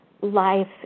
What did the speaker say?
life